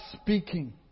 speaking